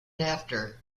after